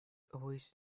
always